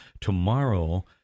tomorrow